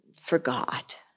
forgot